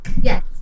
Yes